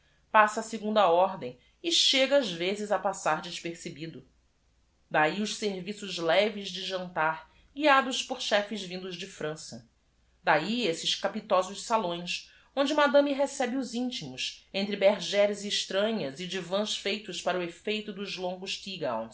passa á segunda ordem e chega ás vezes a passar despercebido h i os serviços leves de j a n t a r guiados por chefes vindos de rança d ahi esses capitosos salões onde madame recebe os íntimos entre bergêres estranhas e divans feitos para o efíeito dos longos tea goicns